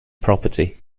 property